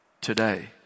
today